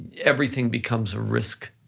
everything becomes a risk